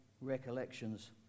recollections